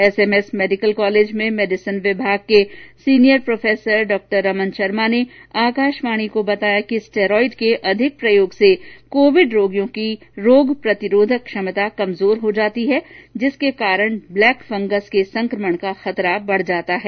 MMS medical college में medicine विभाग के सीनियर प्रोफेसर डॉ रमन शर्मा ने आकाशवाणी को बताया कि स्टेरॉयड के अधिक प्रयोग से कोविड रोगियों की रोगप्रतिरोधक क्षमता कमजोर हो जाती है जिसके कारण ब्लैक फंगस के संक्रमण का खतरा बढ़ जाता है